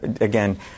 again